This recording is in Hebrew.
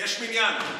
יש מניין.